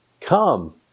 Come